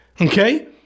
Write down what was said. okay